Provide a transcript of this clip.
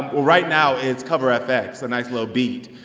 right now, it's cover fx, a nice little beat